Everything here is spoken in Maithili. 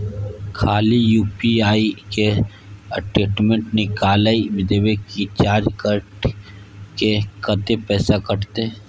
खाली यु.पी.आई के स्टेटमेंट निकाइल देबे की चार्ज कैट के, कत्ते पैसा कटते?